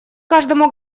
каждому